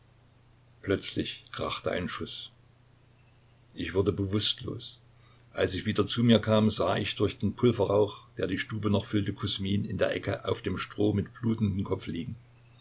plötzlich krachte ein schuß ich wurde bewußtlos als ich wieder zu mir kam sah ich durch den pulverrauch der die stube noch füllte kusmin in der ecke auf dem stroh mit blutendem kopf liegen